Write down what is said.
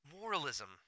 Moralism